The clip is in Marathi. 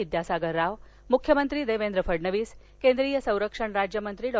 विद्यासागर रावमुख्यमंत्री देवेंद्र फडणवीस केंद्रीय संरक्षण राज्यमंत्री डॉ